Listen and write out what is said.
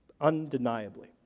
undeniably